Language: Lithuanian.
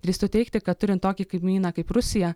drįstu teigti kad turint tokį kaimyną kaip rusija